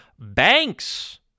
banks